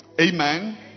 Amen